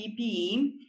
PPE